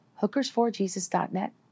hookersforjesus.net